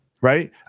right